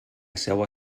seua